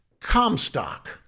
Comstock